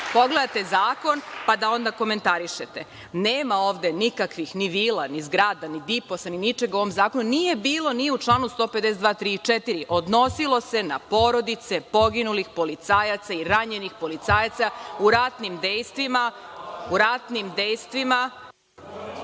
pogledate zakon, pa da onda komentarišete. Nema ovde nikakvih vila, zgrada, ni DIPOS-a, ni ničega u ovom zakonu. Nije bilo ni u članu 152, 153. i 154. Odnosilo se na porodice poginulih policajaca i ranjenih policajaca u ratnim dejstvima…(Saša Radulović: Kako možete